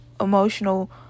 emotional